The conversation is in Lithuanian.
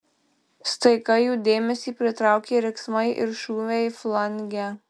staiga jų dėmesį pritraukė riksmai ir šūviai flange